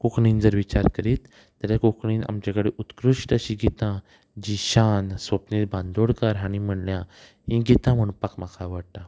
कोंकणीन जर विचार करीत जाल्यार कोंकणीन आमचे कडेन उत्कृश्ट अशीं गितां जीं शान स्वप्नील बांदोडकर हांणी म्हणल्यां हीं गितां म्हणपाक म्हाका आवडटा